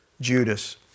Judas